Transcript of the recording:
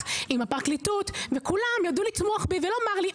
ועם הפרקליטות וכולם לתמוך בי ולומר לי,